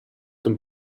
them